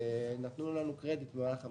נתנו לנו קרדיט במהלך המשבר.